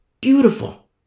beautiful